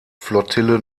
flottille